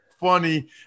funny